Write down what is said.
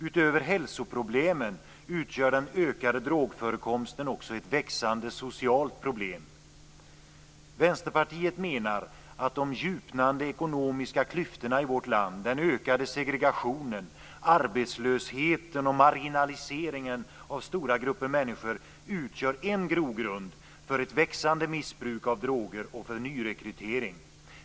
Utöver hälsoproblemen utgör den ökade drogförekomsten också ett växande socialt problem. Vänsterpartiet menar att de djupnande ekonomiska klyftorna i vårt land, den ökade segregationen, arbetslösheten och marginaliseringen av stora grupper människor utgör en grogrund för ett växande missbruk av droger och för nyrekrytering.